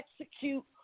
execute